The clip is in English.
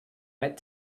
met